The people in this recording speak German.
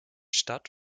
stadt